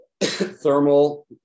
thermal